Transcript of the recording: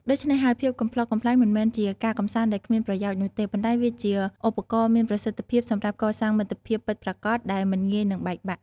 ដូច្នេះហើយ ភាពកំប្លុកកំប្លែងមិនមែនជាការកម្សាន្តដែលគ្មានប្រយោជន៍នោះទេ ប៉ុន្តែវាជាឧបករណ៍ដ៏មានប្រសិទ្ធភាពសម្រាប់កសាងមិត្តភាពពិតប្រាកដដែលមិនងាយនឹងបែកបាក់។